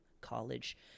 College